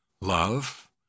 love